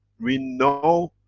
we know,